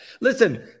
Listen